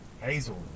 Hazel